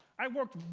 i worked.